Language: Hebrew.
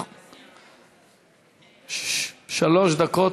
שלוש דקות.